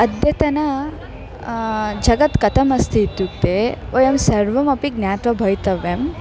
अद्यतनं जगत् कथमस्ति इत्युक्ते वयं सर्वमपि ज्ञात्वा भवितव्यम्